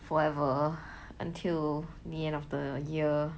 forever until the end of the year